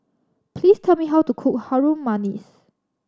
please tell me how to cook Harum Manis